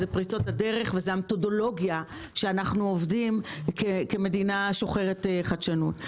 פריצות הדרך והמתודולוגיה שאנחנו עובדים כמדינה שוחרת חדשנות.